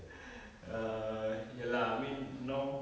pbb err ya lah I mean now